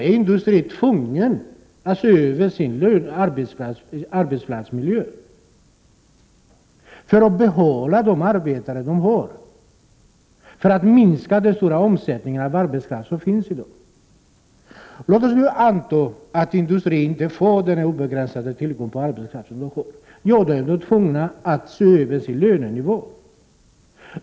Jo, industrin blir tvungen att se över miljön på arbetsplatserna, för att kunna behålla de arbetare som den har, för att minska dagens stora omsättning på arbetskraft. Men om industrin inte får den obegränsade tillgång på arbetskraft som den nu har, blir man tvungen att se över lönenivån.